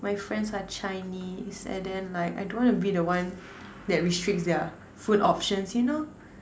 my friends are Chinese and then like I don't want to be the one that restricts their food option you know